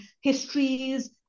histories